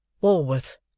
Walworth